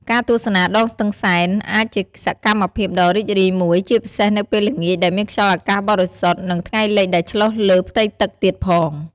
ការទស្សនាដងស្ទឹងសែន អាចជាសកម្មភាពដ៏រីករាយមួយ ជាពិសេសនៅពេលល្ងាចដែលមានខ្យល់អាកាសបរិសុទ្ធ និងថ្ងៃលិចដែលឆ្លុះលើផ្ទៃទឹកទៀតផង។